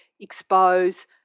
expose